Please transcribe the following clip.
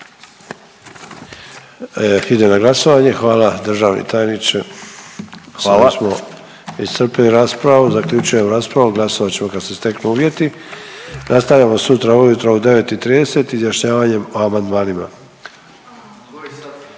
Hvala lijepa. Hvala. Hvala.